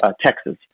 Texas